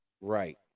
Right